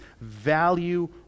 value